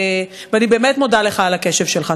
ואני באמת מודה לך על הקשב שלך.